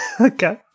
okay